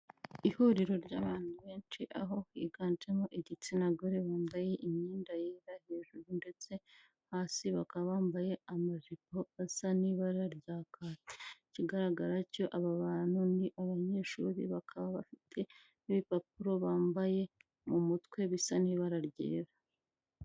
Ihuriro ry'abantu benshi aho higanjemo igitsina gore, bambaye imyenda yera hejuru ndetse hasi bakaba bambaye amajipo asa n'ibara rya kaki, ikigaragara cyo aba bantu ni abanyeshuri bakaba bafite n'ibipapuro bambaye mu mutwe bisa n'ibara ryera.